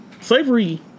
slavery